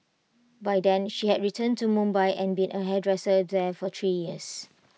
by then she had returned to Mumbai and been A hairdresser there for three years